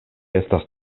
estas